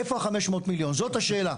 איפה ה-500 מיליון זאת השאלה?